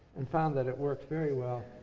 and found that it worked very well,